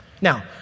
Now